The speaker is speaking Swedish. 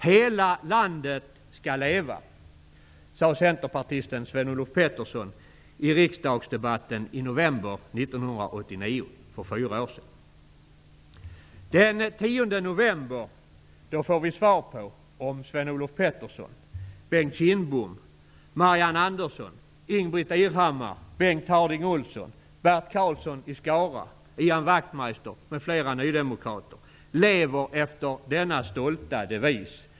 Hela landet skall leva, sade centerpartisten Sven Olof Petersson i riksdagsdebatten för fyra år sedan, i november 1989. Den 10 november får vi svar på om Sven-Olof Petersson, Bengt Kindbom, Wachtmeister m.fl. nydemokrater lever efter denna stolta devis.